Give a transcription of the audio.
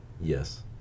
yes